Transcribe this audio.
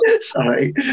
Sorry